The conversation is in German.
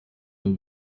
nur